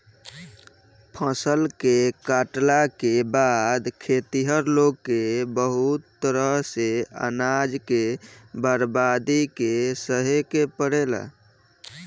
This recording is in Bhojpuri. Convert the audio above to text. फसल के काटला के बाद खेतिहर लोग के बहुत तरह से अनाज के बर्बादी के सहे के पड़ेला